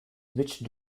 which